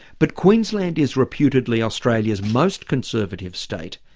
but queensland is reputedly australia's most conservative state,